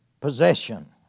Possession